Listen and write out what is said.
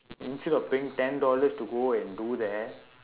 instead of paying ten dollars to go and do there